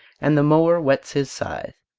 and the mower whets his scythe,